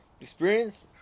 experience